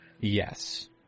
Yes